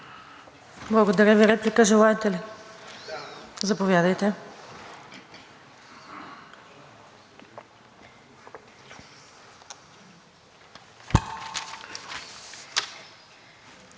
Благодаря. Реплика желаете ли? Заповядайте.